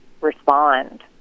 respond